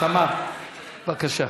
בבקשה.